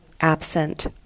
absent